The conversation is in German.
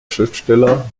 schriftsteller